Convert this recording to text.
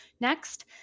Next